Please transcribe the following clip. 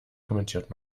kommentiert